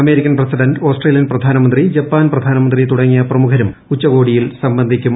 American president Australian പ്രധാനമന്ത്രി Japan പ്രധാനമന്ത്രി തുടങ്ങിയ പ്രമുഖരും ഉച്ചകോടിയിൽ സംബന്ധിക്കും